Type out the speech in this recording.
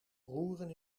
roeren